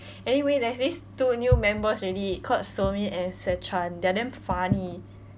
anyway there's this two new members already called so min and se chan they're damn funny